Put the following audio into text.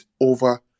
over